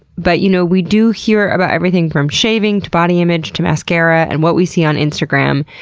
but you know we do hear about everything from shaving, to body image, to mascara, and what we see on instagram.